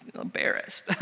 embarrassed